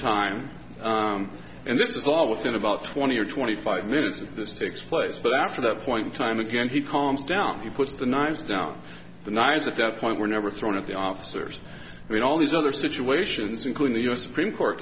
time and this is all within about twenty or twenty five minutes that this takes place but after that point in time again he calms down he puts the knives down the knives at that point were never thrown at the officers i mean all these other situations including the u s supreme court